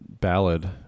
ballad